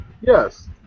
Yes